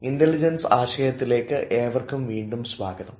intelligence ആശയത്തിലേക്ക് ഏവർക്കും വീണ്ടും സ്വാഗതം